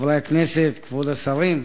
חברי הכנסת, כבוד השרים,